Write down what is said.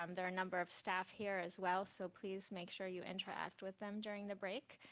um there are a number of staff here as well so please make sure you interact with them during the break,